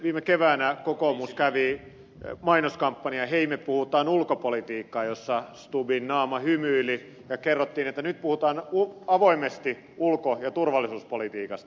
viime keväänä kokoomus kävi mainoskampanjan hei me puhutaan ulkopolitiikkaa jossa stubbin naama hymyili ja kerrottiin että nyt puhutaan avoimesti ulko ja turvallisuuspolitiikasta